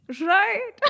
right